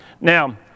Now